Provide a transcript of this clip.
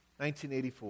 1984